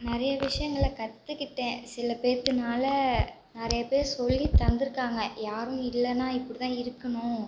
நிறைய விஷியம்கள கற்றுக்கிட்டேன் சில பேர்த்துனால நிறையப்பேர் சொல்லி தந்துருக்காங்க யாரும் இல்லைன்னா இப்படி தான் இருக்கணும்